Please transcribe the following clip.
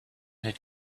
had